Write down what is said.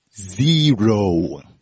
Zero